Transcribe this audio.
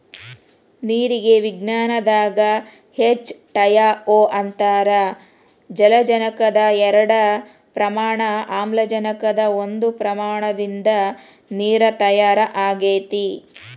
ನೇರಿಗೆ ವಿಜ್ಞಾನದಾಗ H two O ಅಂತಾರ ಜಲಜನಕದ ಎರಡ ಪ್ರಮಾಣ ಆಮ್ಲಜನಕದ ಒಂದ ಪ್ರಮಾಣದಿಂದ ನೇರ ತಯಾರ ಆಗೆತಿ